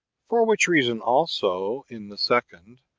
for which reason also, in the second,